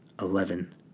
Eleven